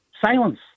Silence